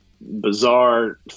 bizarre